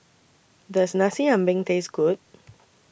Does Nasi Ambeng Taste Good